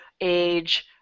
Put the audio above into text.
age